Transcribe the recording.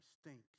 stinks